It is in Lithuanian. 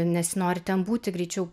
nesinori ten būti greičiau